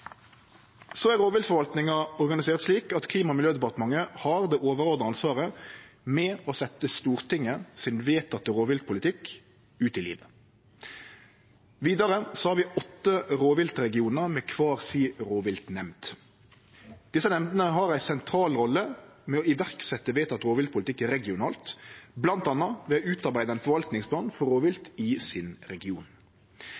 er organisert slik at Klima- og miljødepartementet har det overordna ansvaret med å setje Stortingets vedtekne rovviltpolitikk ut i livet. Vidare har vi åtte rovviltregionar, med kvar si rovviltnemnd. Desse nemndene har ei sentral rolle med å setje i verk vedteken rovviltpolitikk regionalt, bl.a. ved å utarbeide ein forvaltningsplan for